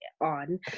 on